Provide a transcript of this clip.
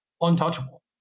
untouchable